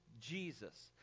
Jesus